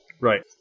Right